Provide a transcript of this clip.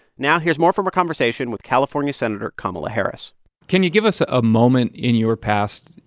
now, here's more from a conversation with california senator kamala harris can you give us a moment in your past,